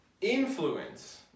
Influence